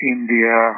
India